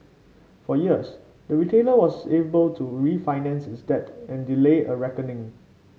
for years the retailer was able to refinance its debt and delay a reckoning